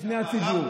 לפני הציבור,